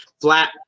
flat